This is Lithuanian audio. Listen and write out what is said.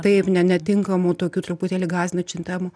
taip ne netinkamų tokių truputėlį gąsdinančių temų